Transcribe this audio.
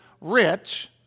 rich